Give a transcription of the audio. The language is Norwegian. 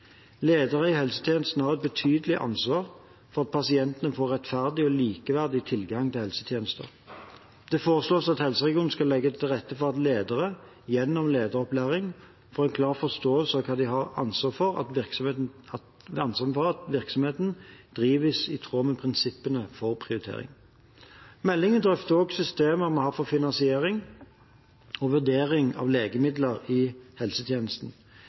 Ledere i helsetjenesten har et betydelig ansvar for at pasientene får rettferdig og likeverdig tilgang til helsetjenester. Det foreslås at helseregionene skal legge til rette for at ledere gjennom lederopplæring får en klar forståelse av at de har ansvar for at virksomheten drives i tråd med prinsippene for prioritering. Meldingen drøfter også systemene vi har for finansiering og vurdering av legemidler i helsetjenesten.